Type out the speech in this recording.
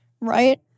right